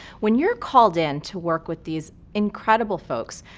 when you're called in to work with these incredible folks,